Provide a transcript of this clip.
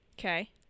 Okay